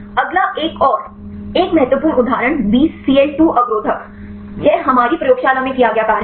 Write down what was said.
अगला एक और एक महत्वपूर्ण उदाहरण बीसीएल 2 अवरोधक यह हमारी प्रयोगशाला में किया गया कार्य है